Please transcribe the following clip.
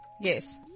yes